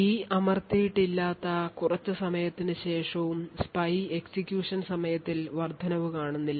key അമർത്തിയിട്ടില്ലാത്ത കുറച്ച് സമയത്തിന് ശേഷവും spy എക്സിക്യൂഷൻ സമയത്തിൽ വർദ്ധനവ് കാണുന്നില്ല